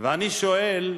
אני שואל,